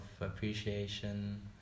appreciation